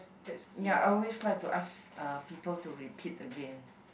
ya I always like to ask uh people to repeat again